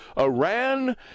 Iran